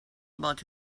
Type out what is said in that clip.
about